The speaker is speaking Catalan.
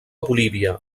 bolívia